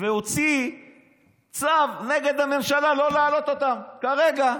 והוציא צו נגד הממשלה לא להעלות אותם כרגע,